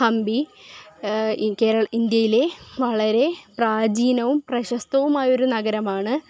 ഹമ്പി കേരള ഇന്ത്യയിലെ വളരെ പ്രാചീനവും പ്രശസ്തവുമായൊരു നഗരമാണ്